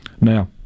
Now